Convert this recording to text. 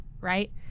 right